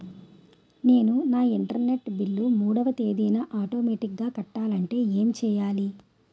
నేను నా internet bill మూడవ తేదీన ఆటోమేటిగ్గా కట్టాలంటే ఏం చేయాలి?